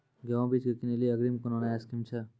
गेहूँ बीज की किनैली अग्रिम कोनो नया स्कीम छ?